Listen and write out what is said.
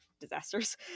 disasters